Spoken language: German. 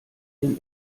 dem